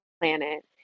planet